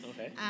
Okay